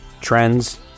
trends